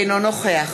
אינו נוכח